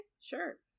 sure